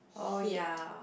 hate